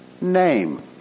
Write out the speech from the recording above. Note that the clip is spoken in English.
name